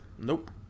Nope